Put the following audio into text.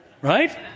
Right